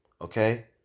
Okay